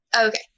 Okay